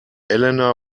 elena